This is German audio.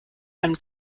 einem